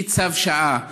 היא צו שעה.